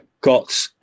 Got